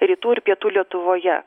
rytų ir pietų lietuvoje